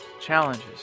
challenges